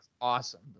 awesome